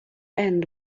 end